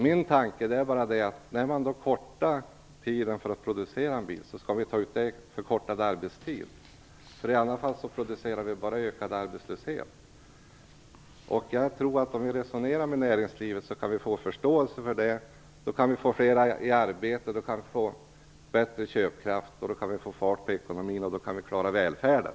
Min tanke är bara att när man kortar tiden för att producera en bil skall vi ta ut det i förkortad arbetstid. I annat fall producerar vi bara ökad arbetslöshet. Jag tror att om vi resonerar med näringslivet kan vi få förståelse för det. Då kan vi få fler i arbete, då kan vi få bättre köpkraft, då kan vi få fart på ekonomin och då kan vi klara välfärden.